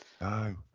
no